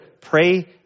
pray